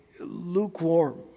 lukewarm